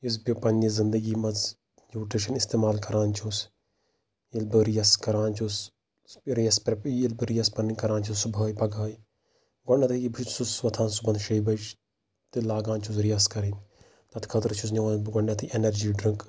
یُس بہٕ پَںٕنہِ زنٛدگی منٛز نیوٗٹرِشن اِستعمال کَران چھُس ییٚلہِ بہٕ ریس کَران چھُس ریس پریٚپ ییٚلہِ بہٕ ریس پنٕنۍ کَران چھُس صبحٲے پَگہٲے گۄڈٕنیتھٕے بہٕ چھُس وۄتھان صبحن شیٚیہِ بَجہِ تہٕ لاگان چھُس ریس کَرٕنۍ تَتھ خٲطرٕ چھُس نِوان بہٕ گۄڈٕنیتھٕے ایٚنرجی ڈرنٛک